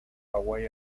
hawái